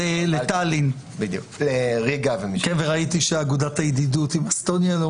גם לגבי שליחת הודעה לקטין, כתוב שההודעה נשלחת.